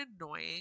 annoying